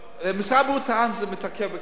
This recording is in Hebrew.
משרד הבריאות טען שזה מתעכב בכנסת.